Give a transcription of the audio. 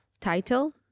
title